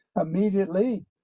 immediately